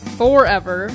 forever